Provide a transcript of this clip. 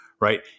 right